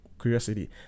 curiosity